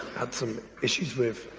had some issues with